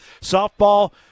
Softball